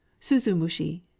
suzumushi